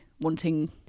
wanting